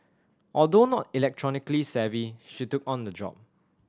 although not electronically savvy she took on the job